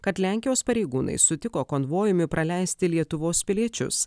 kad lenkijos pareigūnai sutiko konvojumi praleisti lietuvos piliečius